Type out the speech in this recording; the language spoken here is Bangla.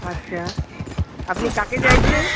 আচ্ছা আপনি কাকে চাইছেন